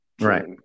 Right